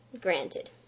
Granted